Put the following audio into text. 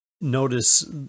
Notice